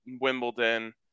Wimbledon